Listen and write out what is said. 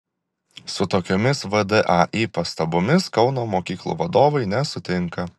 su tokiomis vdai pastabomis kauno mokyklų vadovai nesutinka